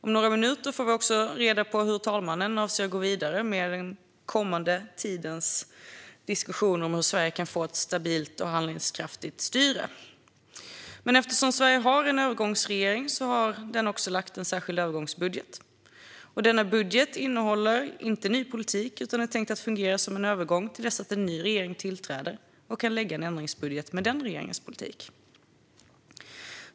Om några minuter får vi reda på hur talmannen avser att gå vidare med den kommande tidens diskussion om hur Sverige kan få ett stabilt och handlingskraftigt styre. Eftersom Sverige har en övergångsregering har den lagt fram en särskild övergångsbudget. Denna budget innehåller inte ny politik, utan den är tänkt att fungera som en övergång till dess att en ny regering tillträder och kan lägga fram en ändringsbudget med den regeringens politik.